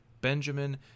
benjamin